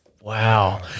wow